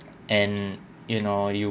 and you know you